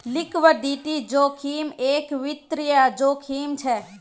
liquidity जोखिम एक वित्तिय जोखिम छे